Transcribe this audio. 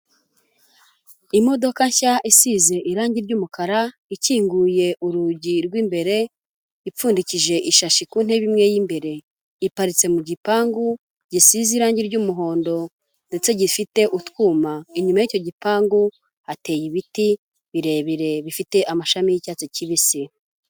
Imodoka nshya isize irangi ry'umukara, ikinguye urugi rw'imbere ipfundikishije ishashi ku ntebe imwe y'imbere. Iparitse mu gipangu gisize irangi ry'umuhondo ndetse gifite utwuma. Inyuma y'icyo gipangu hateye ibiti birebire bifite amashami y'icyatsi kibisi.